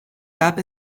gab